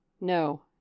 No